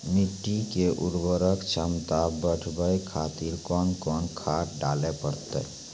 मिट्टी के उर्वरक छमता बढबय खातिर कोंन कोंन खाद डाले परतै?